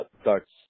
starts